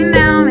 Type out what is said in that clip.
now